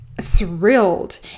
thrilled